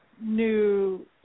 new